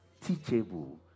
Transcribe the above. teachable